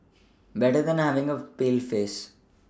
better than having a pale face